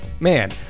man